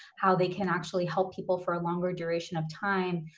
how they can actually help people for a longer duration of time,